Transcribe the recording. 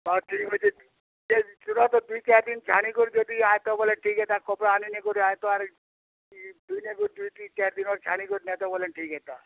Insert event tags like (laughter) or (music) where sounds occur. ହଁ ଠିକ୍ ଅଛେ (unintelligible) ଦୁଇ ଚାରଦିନ୍ ଛାଡ଼ିକରି ଦେବି ଆଏତ ବେଲେ ଠିକ୍ ହେତା କପ୍ଡ଼ା ଆନି ନେଇକରି ଆଏତ ଆର୍ ଦିନେ ଦୁଇ ଦୁଇ ଚାର୍ ଦିନ ଛାଡ଼ିକରି ନେଇତ ବେଲେ ଠିକ୍ ହେତା